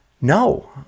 no